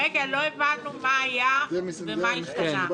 לא הבנו מה היה ומה השתנה.